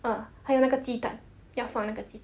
ah 还有那个鸡蛋要放那个的鸡蛋